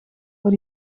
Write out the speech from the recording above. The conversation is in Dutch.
voor